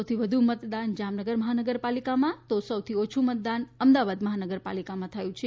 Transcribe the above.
સૌથી વધુ મતદાન જામનગર મહાનગરપાલિકામાં અને સૌથી ઓછુ મતદાન અમદાવાદ મહાનગરપાલિકા માં થયું છે